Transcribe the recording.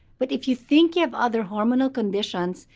but if you think you have other hormonal conditions,